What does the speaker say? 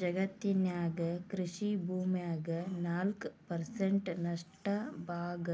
ಜಗತ್ತಿನ್ಯಾಗ ಕೃಷಿ ಭೂಮ್ಯಾಗ ನಾಲ್ಕ್ ಪರ್ಸೆಂಟ್ ನಷ್ಟ ಭಾಗ